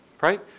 Right